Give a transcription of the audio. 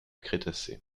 crétacé